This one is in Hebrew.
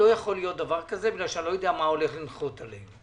לא יכול להיות דבר כזה כי אני לא יודע מה הולך לנחות עלינו.